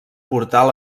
portal